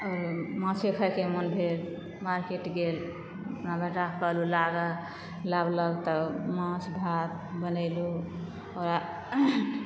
आ माछे खायके मोन भेल मार्केट गेल अपना बेटाकऽ कहलू ला गऽ लाबलक तऽ माछ भात बनेलु ओकरा